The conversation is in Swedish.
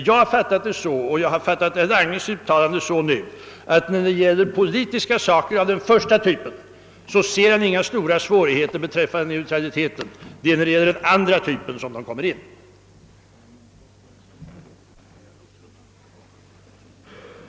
Jag har dock fattat herr Langes uttalanden nu så, att när det gäller politiska företeelser av den förstnämnda typen ser han inga stora svårigheter att bibehålla neutraliteten, utan det är beträffande den senare typen som problemen kommer in i bilden.